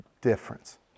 difference